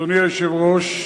אדוני היושב-ראש,